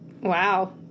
Wow